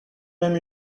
même